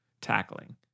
tackling